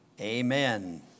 amen